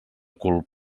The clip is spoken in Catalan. cul